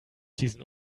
diesen